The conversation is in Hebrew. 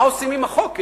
מה עושים עם החוק?